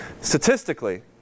statistically